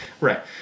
Right